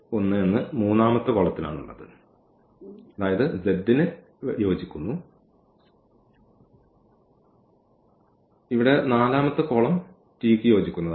ഇത് z ന് യോജിക്കുന്നു ഇത് t ന് യോജിക്കുന്നതാണ്